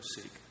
seek